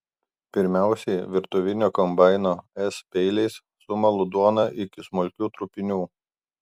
pirmiausiai virtuvinio kombaino s peiliais sumalu duoną iki smulkių trupinių